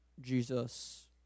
Jesus